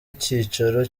icyicaro